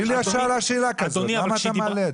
היא לא שאלה שאלה כזאת, למה אתה מעלה את זה?